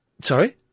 Sorry